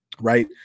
Right